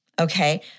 Okay